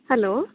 hello